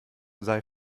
sei